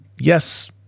Yes